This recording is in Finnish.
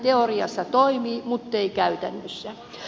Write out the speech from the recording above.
teoriassa toimii muttei käytännössä